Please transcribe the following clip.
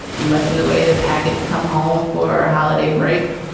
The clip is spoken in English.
much in the way that packets come home for holiday breaks.